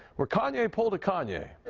where kanye pulled a kanye.